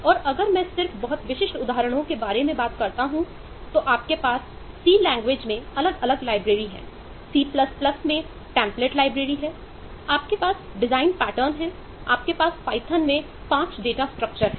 और अगर मैं सिर्फ बहुत विशिष्ट उदाहरणों के बारे में बात करता हूं तो आपके पास सी हैं